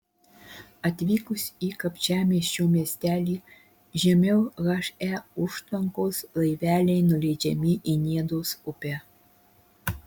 atvykus į kapčiamiesčio miestelį žemiau he užtvankos laiveliai nuleidžiami į niedos upę